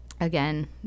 again